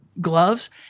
gloves